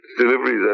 deliveries